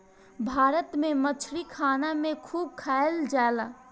भारत में मछरी खाना में खूब खाएल जाला